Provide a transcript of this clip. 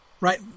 right